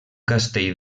castell